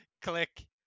Click